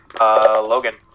Logan